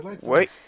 Wait